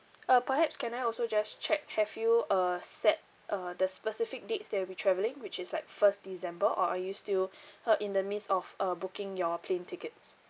uh perhaps can I also just check have you uh set uh the specific dates that you'll be travelling which is like first december or are you still in the midst of uh booking your plane tickets